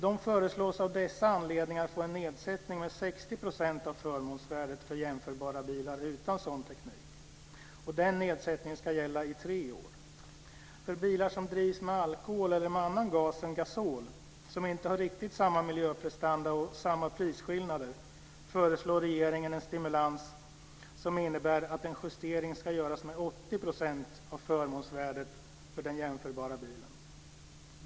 De föreslås av dessa anledningar få en nedsättning till 60 % av förmånsvärdet för jämförbara bilar utan sådan teknik. Den nedsättningen ska gälla i tre år. För bilar som drivs med alkohol eller med annan gas än gasol, som inte har riktigt samma miljöprestanda och samma prisskillnader, föreslår regeringen en stimulans som innebär en justering ned till 80 % av förmånsvärdet för den jämförbara bilen.